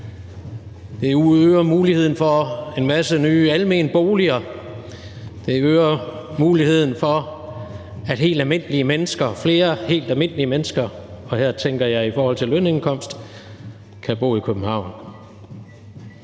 det øger muligheden for en masse nye almene boliger, og at det øger muligheden for, at helt almindelige mennesker, flere helt almindelige mennesker, og her tænker jeg i forhold til lønindkomst, kan bo i København.